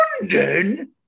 London